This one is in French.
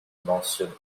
mentionne